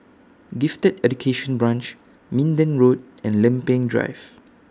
Gifted Education Branch Minden Road and Lempeng Drive